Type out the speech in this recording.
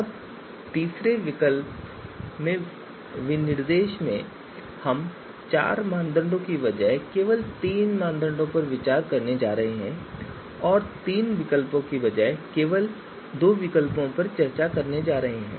अब तीसरे विनिर्देश में हम चार मानदंडों के बजाय सिर्फ तीन पर विचार करने जा रहे हैं और तीन विकल्पों के बजाय हम सिर्फ दो विकल्पों पर विचार करने जा रहे हैं